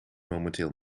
momenteel